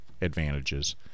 advantages